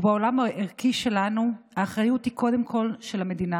ובעולם הערכי שלנו האחריות היא קודם כול של המדינה,